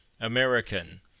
American